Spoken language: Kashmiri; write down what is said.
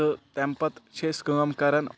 تہٕ تَمہِ پَتہٕ چھِ أسۍ کٲم کَران